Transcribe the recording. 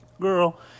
girl